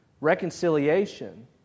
reconciliation